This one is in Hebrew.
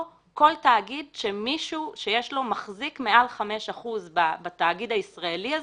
או כל תאגיד שמישהו שיש לו מחזיק מעל חמישה אחוזים בתאגיד הישראלי הזה,